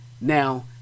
Now